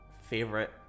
favorite